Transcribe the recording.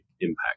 impact